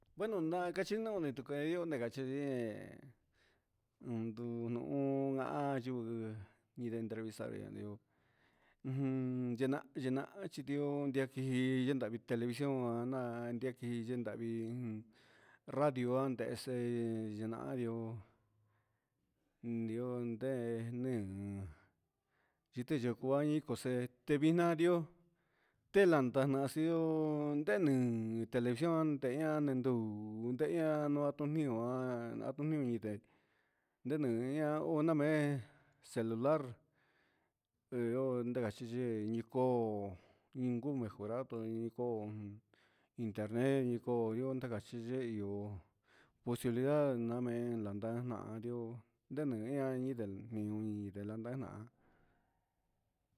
Bueno na cachi jihna ndu nuhun gahan yuu entrevistar yenahan yenahan chi ndioo yendi yedni televisión naan yequi ndahvi radio ndehi serenaio ndioo mee te via ni ndoo te landa nacio nde ni televisión te ndu ndehe ian ne ndu a tu nio o na mee celular io nda gachi guee ni coo mejorar ni coo internet ni coo yoo nda gachi yee posibilidad namee landa nahan ndioo nda nee ndenu landa naa.